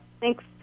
thanks